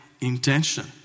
intention